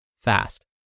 fast